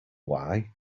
why